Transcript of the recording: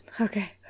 Okay